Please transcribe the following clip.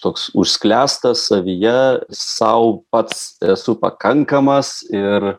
toks užsklęstas savyje sau pats esu pakankamas ir